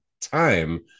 time